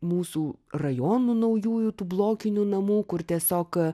mūsų rajonų naujųjų tų blokinių namų kur tiesiog